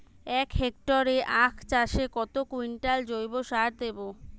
এক হেক্টরে আখ চাষে কত কুইন্টাল জৈবসার দেবো?